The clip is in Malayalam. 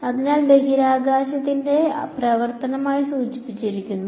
അതിനാൽ ബഹിരാകാശത്തിന്റെ പ്രവർത്തനമായി സൂചിപ്പിച്ചിരിക്കുന്നു